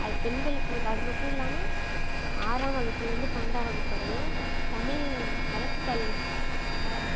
அது பெண்களுக்கு வந்து அது மட்டும் இல்லாமல் ஆறாம் வகுப்புலேருந்து பன்னெண்டாம் வகுப்பு வரையும் தமிழ் அரசு கல்